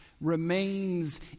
remains